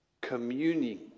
communing